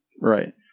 Right